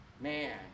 Man